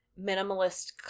minimalist